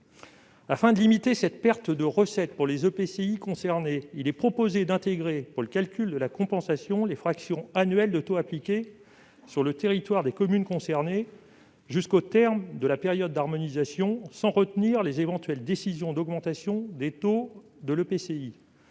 Afin de limiter cette perte de recettes pour les EPCI concernés, il est proposé d'intégrer, pour le calcul de la compensation, les fractions annuelles de taux appliquées sur le territoire des communes concernées jusqu'au terme de la période d'harmonisation, sans retenir les éventuelles décisions d'augmentation des taux de l'EPCI.